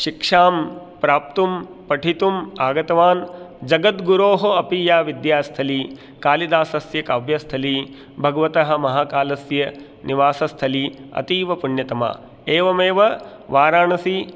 शिक्षां प्राप्तुं पठितुम् आगतवान् जगत् गुरोः अपि या विद्यास्थली कालिदासस्य काव्यस्थली भगवतः महाकालस्य निवासस्थली अतीव पुण्यतमा एवमेव वाराणसी